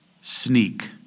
sneak